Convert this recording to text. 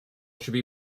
should